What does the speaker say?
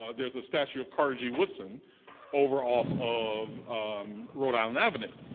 ah there's a statue of carter g. woodson over off of rhode island avenue.